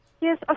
Yes